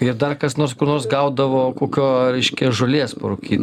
ir dar kas nors kur nors gaudavo kokio reiškia žolės parūkyt